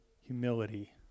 humility